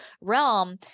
realm